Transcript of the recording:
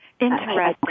Interesting